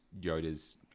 Yoda's